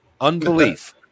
Unbelief